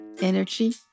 energy